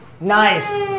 Nice